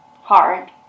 hard